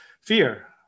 fear